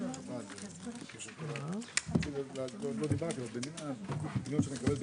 עוד שעה הוא יחכה.